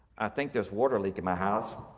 i think there's water leak in my house.